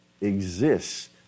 exists